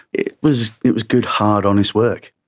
it was it was good hard honest work.